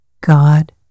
God